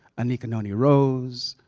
anika noni rose,